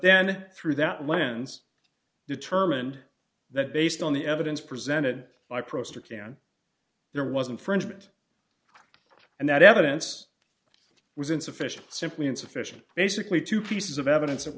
then through that lens determined that based on the evidence presented by procedure can there wasn't for enjoyment and that evidence was insufficient simply insufficient basically two pieces of evidence